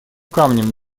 камнем